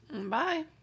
Bye